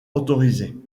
autorisés